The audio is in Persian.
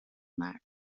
مرج